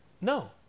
No